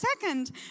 second